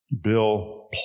Bill